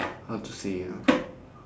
how to say ah